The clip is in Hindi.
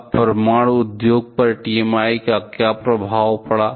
अब परमाणु उद्योग पर TMI का क्या प्रभाव पड़ा